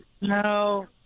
No